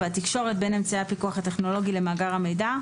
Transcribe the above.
והתקשורת בין אמצעי הפיקוח הטכנולוגי למאגר המידע,